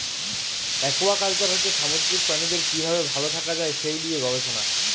aquaculture হচ্ছে সামুদ্রিক প্রাণীদের কি ভাবে ভাল থাকা যায় সে লিয়ে গবেষণা